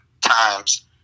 times